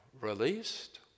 released